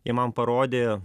ji man parodė